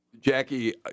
Jackie